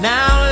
Now